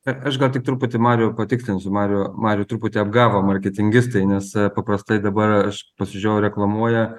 bet aš gal tik truputį mariau patikslinsiu marių marių truputį apgavo marketingistai nes paprastai dabar aš pasižiūrėjau reklamuoja